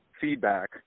feedback